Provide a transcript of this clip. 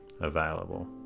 available